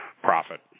profit